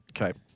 Okay